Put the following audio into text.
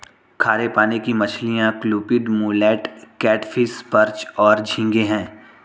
खारे पानी की मछलियाँ क्लूपीड, मुलेट, कैटफ़िश, पर्च और झींगे हैं